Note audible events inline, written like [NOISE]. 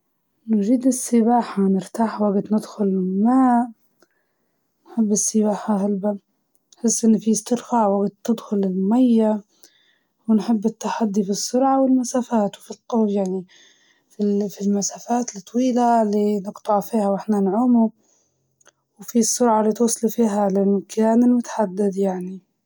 السباحة بصراحة مش من نقاط [HESITATION] قوتي، نقدر نسبح شوية بس [HESITATION] لو كان تحدي طويل نتعب بسرعة.